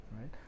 right